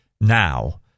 now